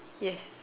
yes